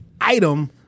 item